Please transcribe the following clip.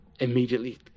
Immediately